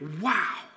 wow